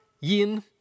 yin